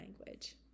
language